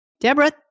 Deborah